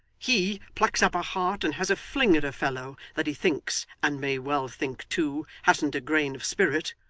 he plucks up a heart and has a fling at a fellow that he thinks and may well think too hasn't a grain of spirit.